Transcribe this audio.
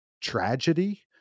tragedy